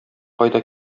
кайда